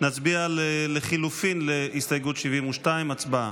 נצביע על לחלופין להסתייגות 72. הצבעה.